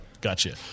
Gotcha